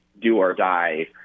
do-or-die